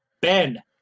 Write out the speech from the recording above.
Ben